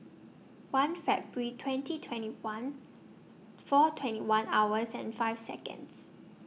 one February twenty twenty one four twenty one hours and five Seconds